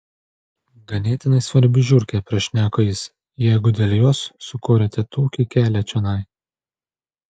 ganėtinai svarbi žiurkė prašneko jis jeigu dėl jos sukorėte tokį kelią čionai